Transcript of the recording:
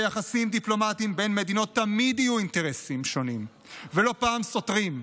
ביחסים דיפלומטיים בין מדינות תמיד יהיו אינטרסים שונים ולא פעם סותרים.